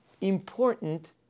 important